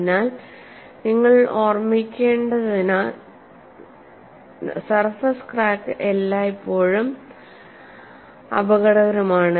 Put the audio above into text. അതിനാൽ നിങ്ങൾ ഓർമ്മിക്കേണ്ടതിനാൽ സർഫസ് ക്രാക്ക് എല്ലായ്പ്പോഴും അപകടകരമാണ്